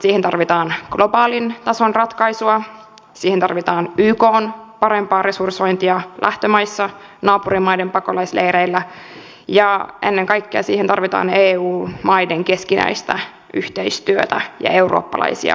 siihen tarvitaan globaalin tason ratkaisua siihen tarvitaan ykn parempaa resursointia lähtömaissa naapurimaiden pakolaisleireillä ja ennen kaikkea siihen tarvitaan eu maiden keskinäistä yhteistyötä ja eurooppalaisia ratkaisuja